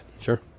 sure